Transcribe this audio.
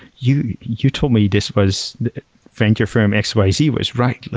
you you told me this was venture firm x, y, z was right.